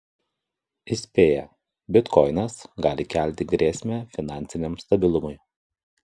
įspėja bitkoinas gali kelti grėsmę finansiniam stabilumui